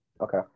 Okay